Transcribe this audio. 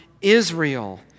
Israel